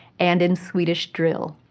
and in swedish drill.